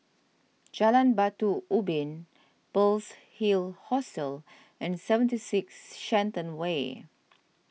Jalan Batu Ubin Pearl's Hill Hostel and seventy six Shenton Way